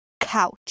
couch